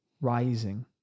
rising